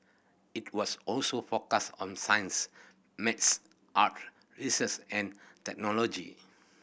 it was also focus on science maths art research and technology